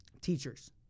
teachers